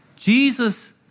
Jesus